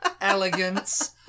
elegance